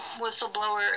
whistleblower